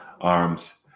arms